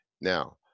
Now